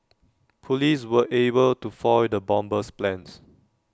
Police were able to foil the bomber's plans